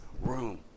room